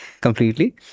completely